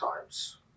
times